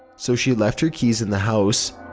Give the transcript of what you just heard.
so she left her keys in the house.